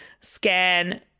scan